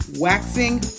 waxing